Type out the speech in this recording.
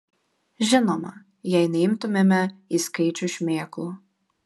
žinoma jei neimtumėme į skaičių šmėklų